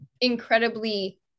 incredibly